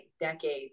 decades